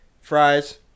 fries